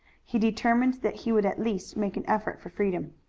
he determined that he would at least make an effort for freedom.